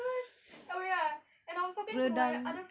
gosh oh ya and I was talking to my